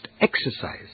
exercise